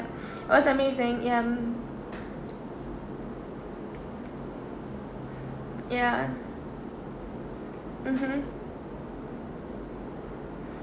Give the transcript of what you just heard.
was amazing ya mm ya mmhmm